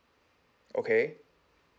okay